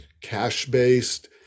cash-based